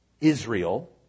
Israel